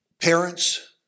Parents